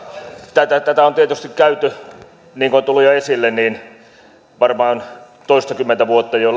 tätä tätä on tietysti käyty niin kuin on tullut jo esille varmaan toistakymmentä vuotta jo